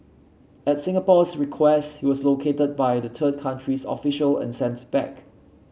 at Singapore's request he was located by the third country's official and sent back